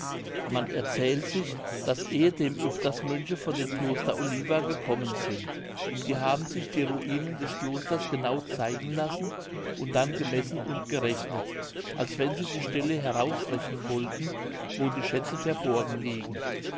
man erzählt sich daß ehedem öfters mönche von dem kloster oliva hergekommen sind die haben sich die ruinen des klosters genau zeigen lassen und dann gemessen und gerechnet als wenn sie die stelle herausrechnen wollten wo die schätze verborgen liegen